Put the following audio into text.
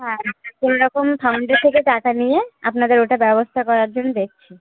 হ্যাঁ কোনো রকম ফান্ডের থেকে টাকা নিয়ে আপনাদের ওটা ব্যবস্থা করার জন্য দেখছি